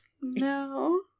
No